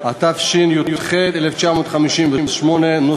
התשי"ח 1958 .